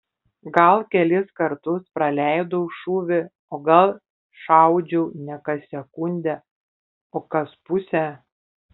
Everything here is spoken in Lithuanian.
gal kelis kartus praleidau šūvį o gal šaudžiau ne kas sekundę o kas pusę